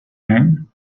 man